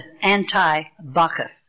anti-Bacchus